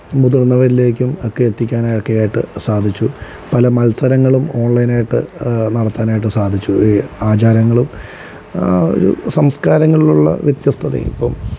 മുതിര്ന്നവരിലേക്കും ഒക്കെ എത്തിക്കാനൊക്കെ ആയിട്ട് സാധിച്ചു പല മത്സരങ്ങളും ഓണ്ലൈനായിട്ട് നടത്താനായിട്ട് സാധിച്ചു ഈ ആചാരങ്ങളും ആ ഒരു സംസ്കാരങ്ങളിലുള്ള വ്യത്യസ്തതയും ഇപ്പം